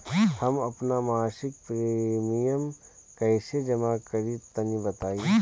हम आपन मसिक प्रिमियम कइसे जमा करि तनि बताईं?